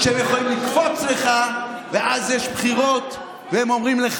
אתה מספר לנו מה